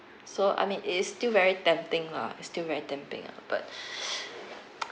so I mean it is still very tempting lah it's still very tempting but